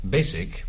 Basic